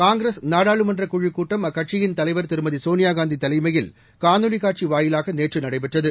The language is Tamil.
காங்கிரஸ் நாடாளுமன்றக் குழுக் கூட்டம் அக்கட்சியின் தலைவா் திருமதி சோனியாகாந்தி தலைமையில் காணொலி காட்சி வாயிலாக நேற்று நடைபெற்றது